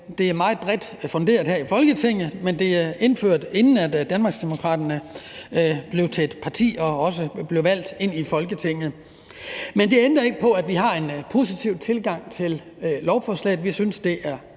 de er meget bredt funderet her i Folketinget, men de blev indgået, inden Danmarksdemokraterne blev et parti og også valgt ind i Folketinget. Men det ændrer ikke på, at vi har en positiv tilgang til lovforslaget. Vi synes, det er